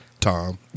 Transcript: Tom